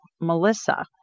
Melissa